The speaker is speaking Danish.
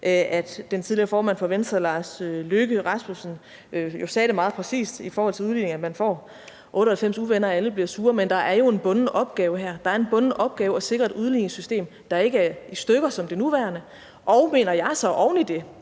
at den tidligere formand for Venstre, hr. Lars Løkke Rasmussen, sagde det meget præcist i forhold til udligning, nemlig at man får 98 uvenner, at alle bliver sure. Men der er jo en bunden opgave her. Det er en bunden opgave at sikre et udligningssystem, der ikke er i stykker som det nuværende, og, mener jeg, så oven i det